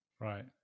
Right